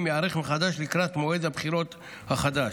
ייערך מחדש לקראת מועד הבחירות החדש.